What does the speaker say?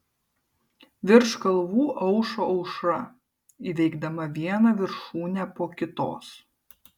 virš kalvų aušo aušra įveikdama vieną viršūnę po kitos